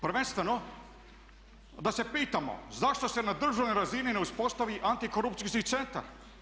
Prvenstveno da se pitamo zašto se na državnoj razini ne uspostavi antikorupcijski centar?